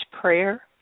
prayer